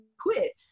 quit